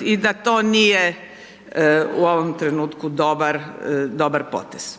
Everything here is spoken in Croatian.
i da to nije u ovom trenutku dobar, dobar potez.